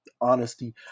honesty